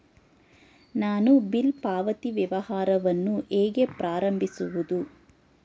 ನಾನು ಬಿಲ್ ಪಾವತಿ ವ್ಯವಹಾರವನ್ನು ಹೇಗೆ ಪ್ರಾರಂಭಿಸುವುದು?